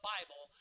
Bible